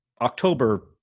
October